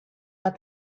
but